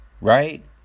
Right